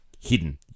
hidden